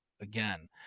Again